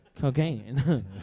cocaine